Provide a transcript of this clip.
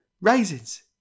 Raisins